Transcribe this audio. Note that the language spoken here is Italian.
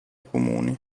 comuni